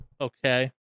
okay